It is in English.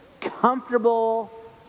comfortable